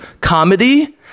comedy